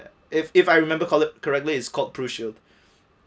if if I remember correctly is called pru shield